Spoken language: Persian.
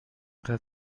قدر